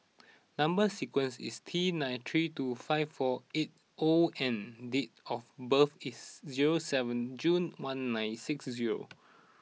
number sequence is T nine three two five four eight O and date of birth is zero seven June one nine six zero